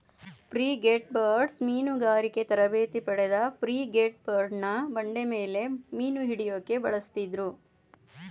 frigatebirds ಮೀನುಗಾರಿಕೆ ತರಬೇತಿ ಪಡೆದ ಫ್ರಿಗೇಟ್ಬರ್ಡ್ನ ಬಂಡೆಮೇಲೆ ಮೀನುಹಿಡ್ಯೋಕೆ ಬಳಸುತ್ತಿದ್ರು